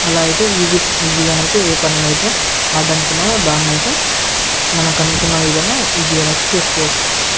అలా అయితే ఈజీ ఈజీగా అయితే ఏ పనిని అయితే హార్డ్ అనుకున్నామో దాన్ని అయితే మనకు అనుకున్న విధంగా ఈజీగా అయితే చేసుకోవచ్చు